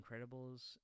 Incredibles